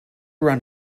around